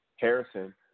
Harrison